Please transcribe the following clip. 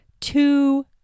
two